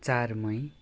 चार मई